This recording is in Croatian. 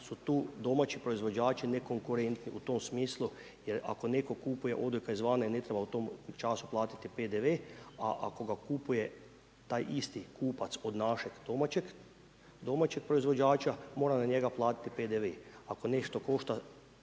su tu domaći proizvođači nekonkurentni u tom smislu jer ako netko kupuje odojka izvana i ne treba u tom času platiti PDV a ako ga kupuje, taj isti kupac od našeg domaćeg proizvođača mora na njega platiti PDV. Ako nešto košta